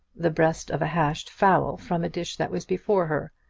the breast of a hashed fowl from a dish that was before her.